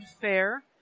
fair